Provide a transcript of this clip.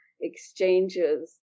exchanges